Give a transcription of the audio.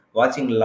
watching